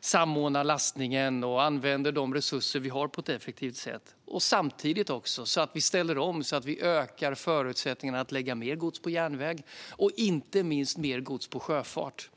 samordnar lastningen och använder de resurser vi har på ett effektivt sätt, dels ökar förutsättningarna att lägga mer gods på järnväg och inte minst på sjöfart.